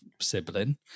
sibling